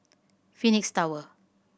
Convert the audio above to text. Phoenix Tower